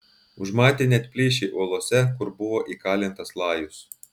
užmatė net plyšį uolose kur buvo įkalintas lajus